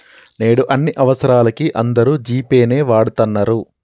నేడు అన్ని అవసరాలకీ అందరూ జీ పే నే వాడతన్నరు